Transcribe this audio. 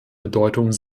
bedeutung